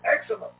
excellent